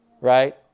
Right